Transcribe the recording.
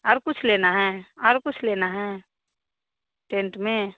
are कुछ लेना है और कुछ लेना है टेंट में